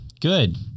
Good